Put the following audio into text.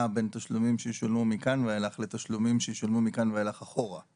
בין תשלומים שישולמו מכאן ואיך לתשלומים שישולמו מכאן ואילך אחורה.